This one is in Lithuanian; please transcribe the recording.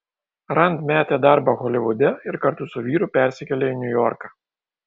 rand metė darbą holivude ir kartu su vyru persikėlė į niujorką